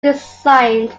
designed